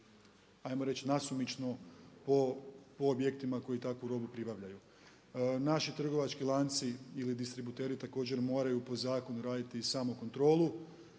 ajmo reći nasumičnu po objektima koji takvu robu pribavljaju. Naši trgovački lanci ili distributeri također moraju po zakonu raditi i samokontrolu.